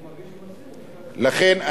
לכן,